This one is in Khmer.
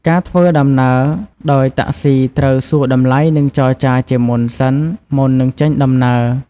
ការធ្វើដំណើរដោយតាក់ស៊ីត្រូវសួរតម្លៃនិងចរចាជាមុនសិនមុននឹងចេញដំណើរ។